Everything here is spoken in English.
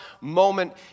moment